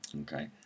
Okay